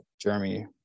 Jeremy